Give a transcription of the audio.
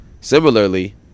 Similarly